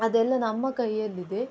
ಅದೆಲ್ಲ ನಮ್ಮ ಕೈಯ್ಯಲ್ಲಿದೆ